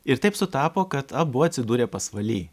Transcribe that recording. ir taip sutapo kad abu atsidūrė pasvaly